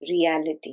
reality